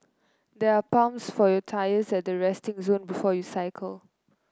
there are pumps for your tyres at the resting zone before you cycle